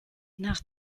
nach